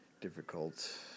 difficult